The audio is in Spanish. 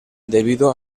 debido